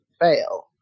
fail